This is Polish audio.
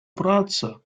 praca